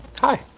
Hi